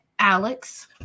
Alex